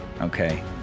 Okay